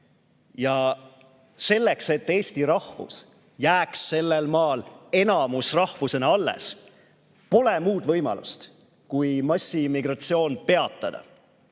Selleks, et eesti rahvus jääks sellel maal enamusrahvusena alles, pole muud võimalust kui massiimmigratsioon peatada.